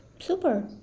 Super